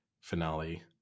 finale